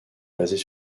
basés